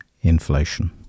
inflation